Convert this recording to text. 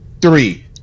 three